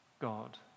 God